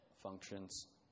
functions